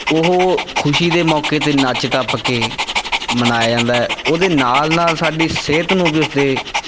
ਉਹ ਖੁਸ਼ੀ ਦੇ ਮੌਕੇ 'ਤੇ ਨੱਚ ਟੱਪ ਕੇ ਮਨਾਇਆ ਜਾਂਦਾ ਉਹਦੇ ਨਾਲ ਨਾਲ ਸਾਡੀ ਸਿਹਤ ਨੂੰ ਵੀ ਉਸਦੇ